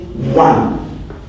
One